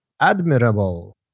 admirable